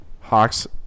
Hawks